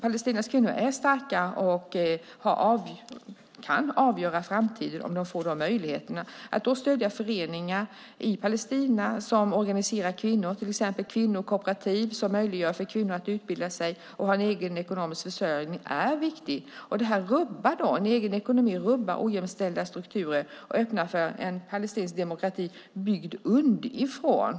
Palestinas kvinnor är starka och kan, om de får möjlighet, avgöra framtiden. Att då stödja föreningar i Palestina som organiserar kvinnor, till exempel kvinnokooperativ som gör det möjligt för kvinnor att utbilda sig och ha en egen försörjning, är viktigt. En egen ekonomi för kvinnor rubbar ojämställda strukturer och öppnar för en palestinsk demokrati bygd underifrån.